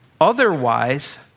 Otherwise